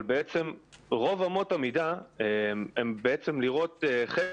רוב אמות המידה הן בעצם לירות חץ